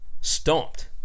Stomped